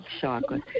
chocolate